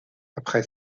après